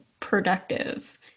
productive